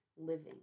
Living